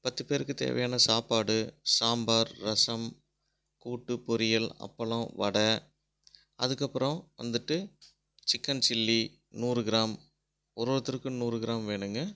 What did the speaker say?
பத்து பேருக்கு தேவையான சாப்பாடு சாம்பார் ரசம் கூட்டு பொரியல் அப்பளம் வடை அதற்கப்பறம் வந்துவிட்டு சிக்கன் சில்லி நூறு கிராம் ஒருவொருத்தருக்கும் நூறு கிராம் வேணுங்க